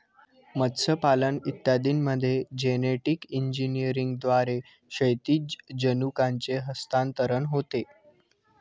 मत्स्यपालन इत्यादींमध्ये जेनेटिक इंजिनिअरिंगद्वारे क्षैतिज जनुकांचे हस्तांतरण होते